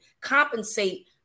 compensate